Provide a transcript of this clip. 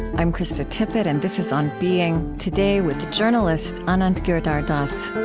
i'm krista tippett, and this is on being. today, with the journalist anand giridharadas